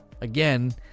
Again